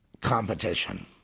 competition